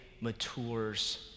matures